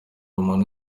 umuntu